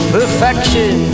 Perfection